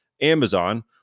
Amazon